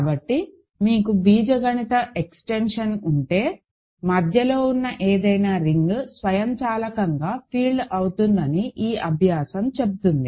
కాబట్టి మీకు బీజగణిత ఎక్స్టెన్షన్ ఉంటే మధ్యలో ఉన్న ఏదైనా రింగ్ స్వయంచాలకంగా ఫీల్డ్ అవుతుందని ఈ అభ్యాసం చెబుతుంది